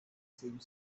same